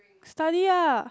study ah